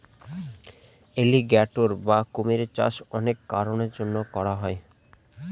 alligator বা কুমিরের চাষ অনেক কারনের জন্য করা হয়